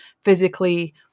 physically